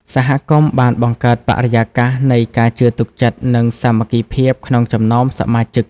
សហគមន៍បានបង្កើតបរិយាកាសនៃការជឿទុកចិត្តនិងសាមគ្គីភាពក្នុងចំណោមសមាជិក។